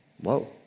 Whoa